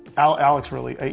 ah alex really,